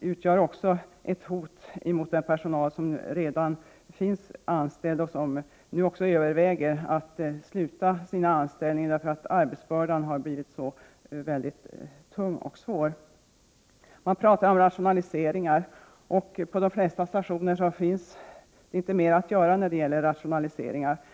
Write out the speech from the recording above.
utgör också ett hot mot den personal som redan är anställd och som nu överväger att sluta sin anställning därför att arbetsbördan har blivit så väldigt tung. Det talas om rationaliseringar, men på de flesta stationer finns det inte mer att göra när det gäller rationaliseringar.